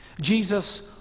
Jesus